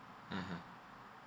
mmhmm